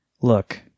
look